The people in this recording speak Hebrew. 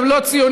הם לא ציוניים,